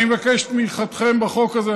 אני מבקש את תמיכתכם בחוק הזה.